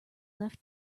left